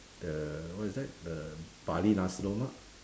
the what is that the bali nasi lemak